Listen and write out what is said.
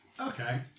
Okay